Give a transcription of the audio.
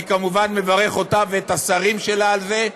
ואני כמובן מברך אותה ואת השרים שלה על זה,